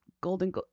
Golden